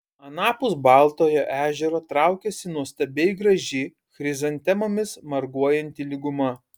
anapus baltojo ežero traukėsi nuostabiai graži chrizantemomis marguojanti lyguma